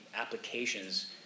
applications